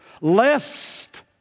lest